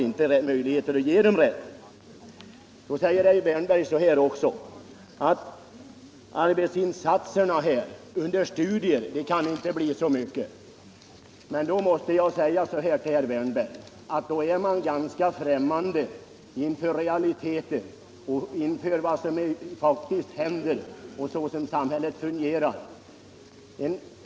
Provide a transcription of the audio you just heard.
Vidare sade herr Wärnberg att det kan inte bli så mycket med arbetsinsatserna för den som studerar. Men, herr Wärnberg, om man påstår det så står man ganska främmande för realiteterna och för vad som faktiskt händer såsom samhället nu fungerar.